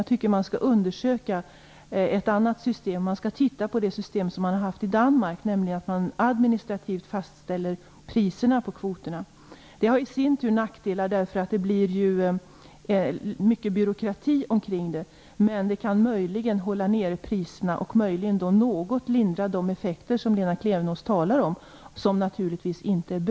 Jag tycker att man skall undersöka ett annat system, att man skall titta på det system som har funnits i Danmark, nämligen att priserna på kvoterna fastställs administrativt. Det har i sin tur nackdelar. Det blir ju mycket byråkrati omkring detta. Men det kan möjligen hålla priserna nere och något lindra de effekter som Lena Klevenås talar om. Dessa effekter är naturligtvis inte bra.